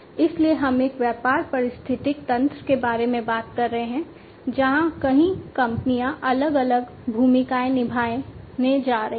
इसलिए हम एक व्यापार पारिस्थितिकी तंत्र के बारे में बात कर रहे हैं जहां कई कंपनियां अलग अलग भूमिकाएं निभाने जा रही हैं